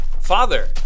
Father